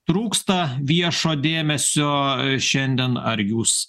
trūksta viešo dėmesio šiandien ar jūs